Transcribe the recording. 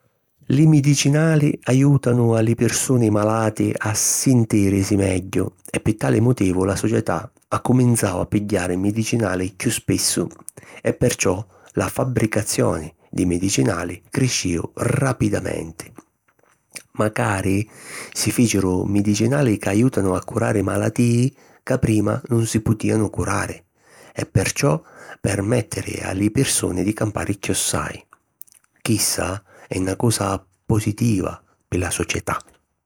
Li midicinali ajùtanu a li pirsuni malati a sintìrisi megghiu e pi tali motivu la società accuminzau a pigghiari midicinali chiù spissu e perciò la fabbricazioni di midicinali criscìu rapidamenti. Macari si fìciru midicinali ca ajùtanu a curari malatìi ca prima nun si putìanu curari e perciò permèttiri a li pirsuni di campari chiossai. Chissa è na cosa positiva pi la società.